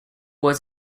was